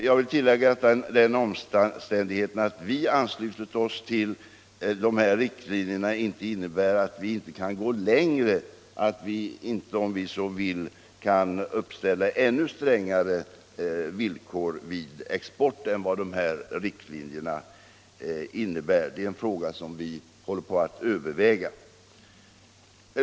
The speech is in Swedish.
Jag skall tillägga att den omständigheten att vi accepterat dessa riktlinjer inte innebär att vi inte kan gå längre och, om vi så vill, uppställa ännu strängare villkor vid export än de som riktlinjerna innebär. Det är en fråga som vi håller på att överväga.